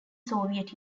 soviet